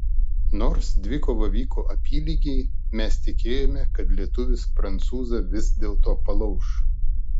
nors dvikova vyko apylygiai mes tikėjome kad lietuvis prancūzą vis dėlto palauš